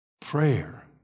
Prayer